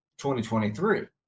2023